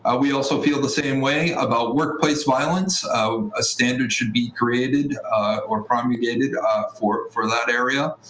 ah we also feel the same way about workplace violence. um a standard should be created or promulgated ah for for that area.